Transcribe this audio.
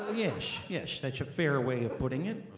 yes, yes that's a fair way of putting it,